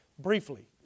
briefly